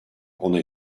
onay